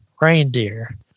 reindeer